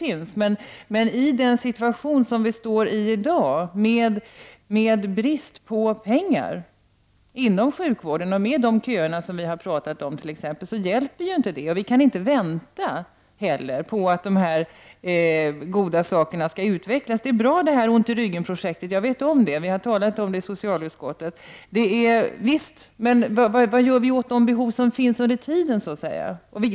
Men med tanke på den situation vi har i dag -- det gäller t.ex. bristen på pengar inom sjukvården och de köer som vi har pratat om -- är det inte tillräckligt. Vi kan inte vänta på att goda saker skall utvecklas. Ont i ryggen-projektet är bra. Vi har talat om det projektet i socialutskottet. Men vad gör vi under tiden åt de behov som finns?